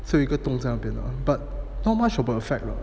是有一个洞在那边咯 but not much of an affect lah